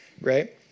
right